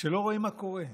שלא רואים מה קורה.